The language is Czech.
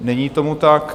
Není tomu tak.